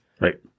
Right